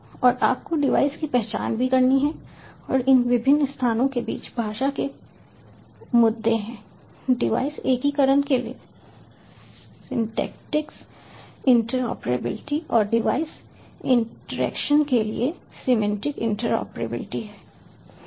और आपको डिवाइस की पहचान भी करनी है और इन विभिन्न स्थानों के बीच भाषा के मुद्दे हैं डिवाइस एकीकरण के लिए सिंटैक्टिक इंटरऑपरेबिलिटी और डिवाइस इंटरैक्शन के लिए सिमेंटिक इंटरप्रेटेबिलिटी है